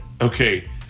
okay